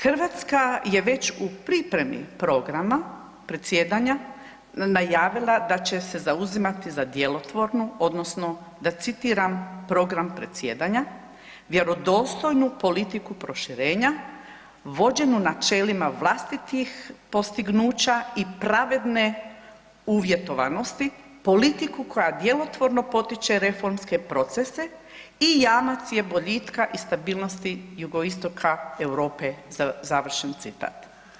Hrvatska je već u pripremi programa predsjedanja najavila da će se zauzimati za djelotvornu odnosno da citiram program predsjedanja, vjerodostojnu politiku proširenja vođenju načelima vlastitih postignuća i pravedne uvjetovanosti, politiku koja djelotvorno potiče reformske procese i jamac je boljitka i stabilnosti jugoistoka Europe završen citat.